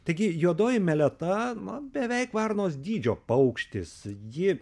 taigi juodoji meleta na beveik varnos dydžio paukštis ji